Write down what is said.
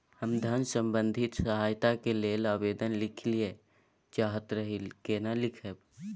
हम धन संबंधी सहायता के लैल आवेदन लिखय ल चाहैत रही केना लिखब?